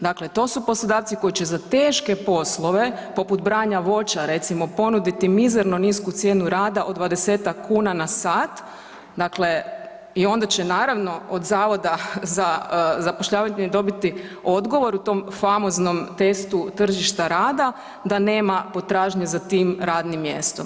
Dakle to su poslodavci koji će za teške poslove poput branja voća recimo ponuditi mizerno nisku cijenu rada od 20-ak na sat, dakle i onda će naravno od zavoda za zapošljavanje dobiti odgovor o tom famoznom testu tržišta rada, da nema potražnje za tim radnim mjestom.